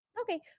Okay